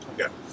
Okay